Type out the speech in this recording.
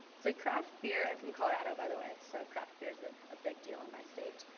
so craft beer, i'm from colorado by the way, so craft beer is a big deal in my state.